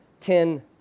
Ten